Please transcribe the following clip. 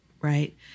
right